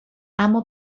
اما